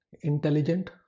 intelligent